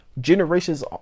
generations